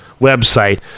website